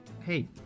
Hey